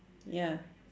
ya